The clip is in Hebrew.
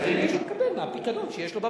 הריבית שהוא מקבל מהפיקדון שיש לו בבנק.